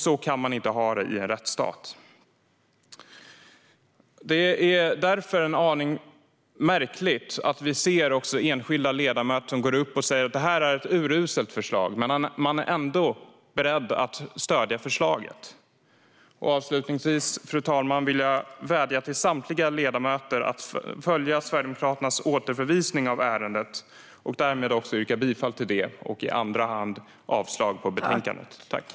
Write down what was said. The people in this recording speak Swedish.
Så kan man inte ha det i en rättsstat. Därför är det en aning märkligt att enskilda ledamöter går upp i talarstolen och säger att detta är ett uruselt förslag, men ändå är de beredda att stödja det. Avslutningsvis, fru talman, vill jag vädja till samtliga ledamöter att följa Sverigedemokraternas återförvisning av ärendet. Jag yrkar härmed bifall till det. I andra hand yrkar jag avslag på förslaget i betänkandet.